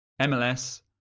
mls